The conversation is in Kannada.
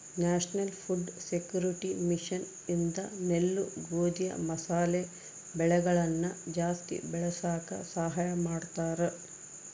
ನ್ಯಾಷನಲ್ ಫುಡ್ ಸೆಕ್ಯೂರಿಟಿ ಮಿಷನ್ ಇಂದ ನೆಲ್ಲು ಗೋಧಿ ಮಸಾಲೆ ಬೆಳೆಗಳನ ಜಾಸ್ತಿ ಬೆಳಸಾಕ ಸಹಾಯ ಮಾಡ್ತಾರ